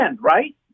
right